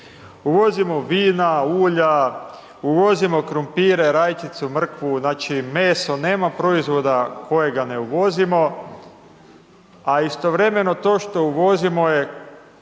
uvozimo vina, ulja, uvozimo krumpire, rajčicu, mrkvu, znači, meso, nema proizvoda kojega ne uvozimo, a istovremeno to što uvozimo je ne